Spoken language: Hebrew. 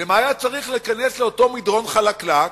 למה היה צריך להיכנס לאותו מדרון חלקלק,